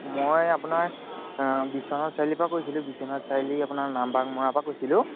মই আপোনাৰ বিশ্বনাথ চাৰিআলিৰ পৰা কৈছিলোঁ বিশ্বনাথ চাৰিআলি আপোনাৰ নাম বাঘমৰাৰ পৰা কৈছিলোঁ